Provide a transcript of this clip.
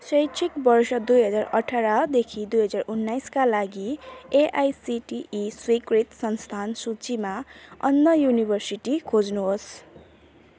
शैक्षिक वर्ष दुई हजार अठाह्रदेखि दुई हजार उन्नाइसका लागि A I C T E स्वीकृत संस्थान सूचीमा अन्ना युनिभर्सिटी खोज्नुहोस्